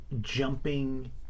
jumping